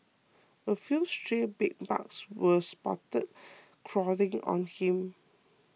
a few stray bedbugs were spotted crawling on him